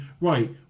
right